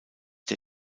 der